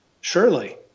Surely